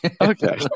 Okay